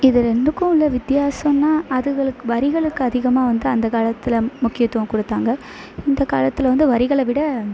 இது ரெண்டுக்கும் உள்ள வித்தியாசோன்னா அதுகளுக்கு வரிகளுக்கு அதிகமாக வந்து அந்த காலத்தில் முக்கியத்துவம் கொடுத்தாங்க இந்த காலத்தில் வந்து வரிகளை விட